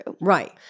Right